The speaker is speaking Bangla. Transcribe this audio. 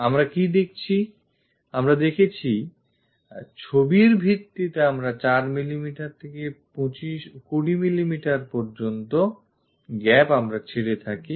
আমরা কি দেখেছি ছবির ভিত্তিতে আমরা 4mm থেকে 20mmএর মতো gap আমরা ছেড়ে থাকি